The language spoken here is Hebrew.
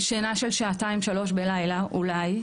שינה של שעתיים שלוש בלילה אולי.